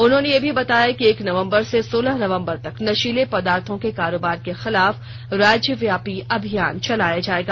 उन्होंने यह भी बताया कि एक नवंबर से सोलह नवंबर तक नशीले पदार्थो के कारोबार के खिलाफ राज्यव्यापी अभियान चलाया जायेगा